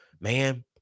man